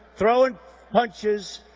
throwing punches.